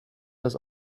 das